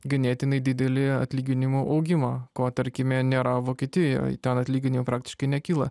ganėtinai didelį atlyginimų augimą ko tarkime nėra vokietijoj ten atlyginimai praktiškai nekyla